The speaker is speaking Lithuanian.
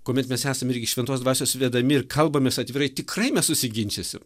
kuomet mes esam irgi šventos dvasios vedami ir kalbamės atvirai tikrai mes susiginčysim